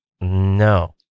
No